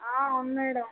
అవును మేడం